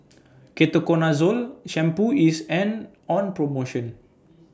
Ketoconazole Shampoo IS An on promotion